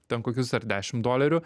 ten kokius ar dešimt dolerių